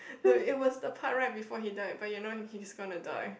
no it was the part right before he died but you know he's gonna die